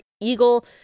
Eagle